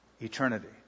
Eternity